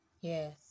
Yes